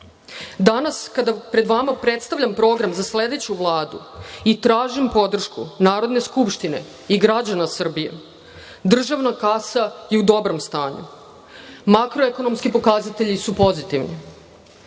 Vlada. Danas kada pred vama predstavljam program za sledeću Vladu i tražim podršku Narodne skupštine i građana Srbije, državna kasa je u dobrom stanju, makro-ekonomski pokazatelji su pozitivni.